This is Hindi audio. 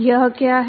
यह क्या है